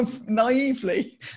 naively